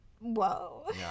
Whoa